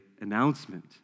announcement